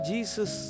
Jesus